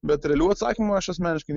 bet realių atsakymų aš asmeniškai